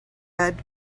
read